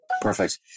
Perfect